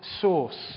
source